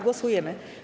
Głosujemy.